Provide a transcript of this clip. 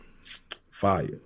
Fire